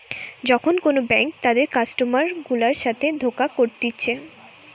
যখন কোন ব্যাঙ্ক তাদের কাস্টমার গুলার সাথে ধোকা করতিছে